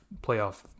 playoff